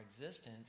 existence